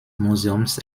museums